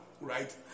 right